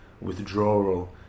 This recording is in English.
withdrawal